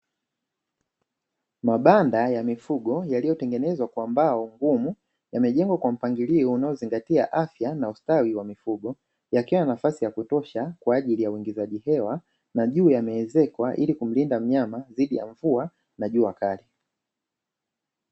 Mabanda ya mifugo yaliyotengenezwa kwa mbao ngumu yamejengwa kwa mpangilio unaozingatia afya na ustawi wa mifugo. Yakiwa na nafasi ya kutosha kwa ajili ya uingizaji hewa na juu yameezekwa ili kumlinda mnyama dhidi ya mvua na jua kali.